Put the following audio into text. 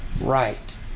right